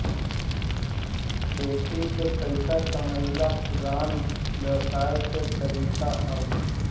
खेती से पइसा कमाइल पुरान व्यवसाय के तरीका हवे